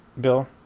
bill